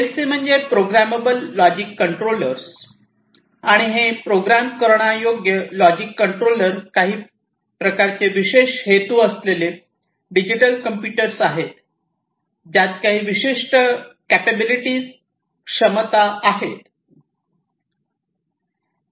PLC म्हणजे programmable logic controller आणि हे प्रोग्राम करण्यायोग्य लॉजिक कंट्रोलर काही प्रकारचे विशेष हेतू असलेले डिजिटल कम्प्युटर आहेत ज्यात काही विशिष्ट कॅपाबिलिटी क्षमता आहेत